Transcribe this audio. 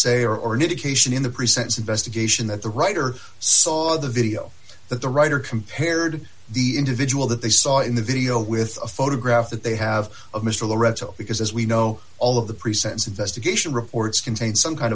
say or an indication in the present investigation that the writer saw the video that the writer compared the individual that they saw in the video with a photograph that they have of mr loreto because as we know all of the pre sentence investigation reports contain some kind